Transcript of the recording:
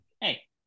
Hey